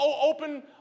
open